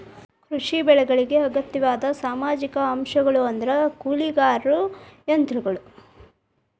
ಕೃಷಿ ಬೆಳೆಗಳಿಗೆ ಅಗತ್ಯವಾದ ಸಾಮಾಜಿಕ ಅಂಶಗಳು ಅಂದ್ರ ಕೂಲಿಕಾರರು ಯಂತ್ರಗಳು